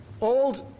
old